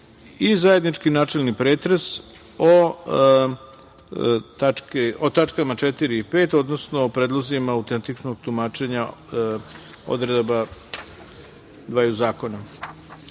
zajednički načelni pretres o tačkama 4. i 5, odnosno o predlozima autentičnog tumačenja odredaba dva zakona. Da